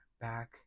back